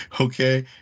Okay